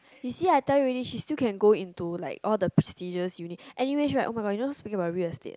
you see I tell you already she still can go into like all the prestigious uni anyway right oh my god speaking about real estate